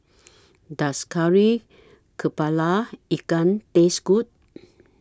Does Kari Kepala Ikan Taste Good